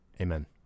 Amen